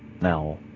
Now